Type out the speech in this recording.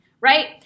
right